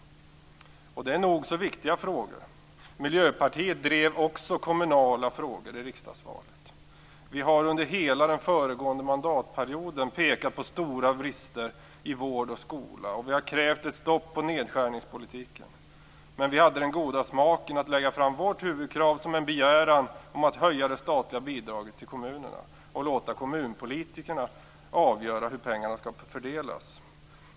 Och det är nog så viktiga frågor. Miljöpartiet drev också kommunala frågor inför riksdagsvalet. Vi har under hela den föregående mandatperioden pekat på stora brister i vård och skola, och vi har krävt ett stopp för nedskärningspolitiken. Men vi hade den goda smaken att lägga fram vårt huvudkrav som en begäran om att höja det statliga bidraget till kommunerna och låta kommunpolitikerna avgöra hur pengarna skall fördelas.